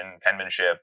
penmanship